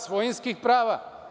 Svojinskih prava.